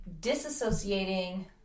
disassociating